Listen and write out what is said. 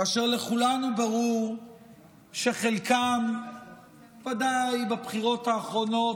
כאשר לכולנו ברור שחלקם ודאי בבחירות האחרונות